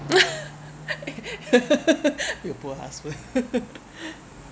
your poor husband